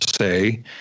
say